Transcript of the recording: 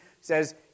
says